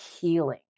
healing